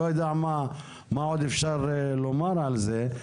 לא יודע מה עוד אפשר לומר על זה,